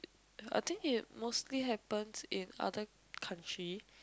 I think it mostly happens in other country